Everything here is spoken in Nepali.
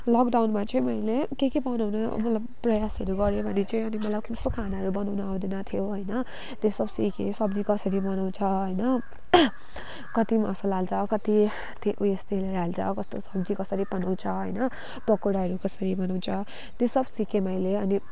लकडाउनमा चाहिँ मैले के के बनाउने अब प्रयासहरू गरेँ भने चाहिँ मलाई खानाहरू बनाउनु आउँदैनथियो होइन त्यो सब सिकेँ सब्जी कसरी बनाउँछ होइन कति मसला हाल्छ कति उयोस् तेलहरू हाल्छ कस्तो सब्जी कसरी बनाउँछ होइन पकौडाहरू कसरी बनाउँछ त्यो सब सिकेँ मैले अनि